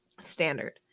standard